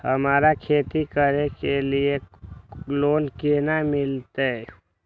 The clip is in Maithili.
हमरा खेती करे के लिए लोन केना मिलते?